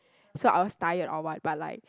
so I was tired or what but like